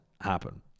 happen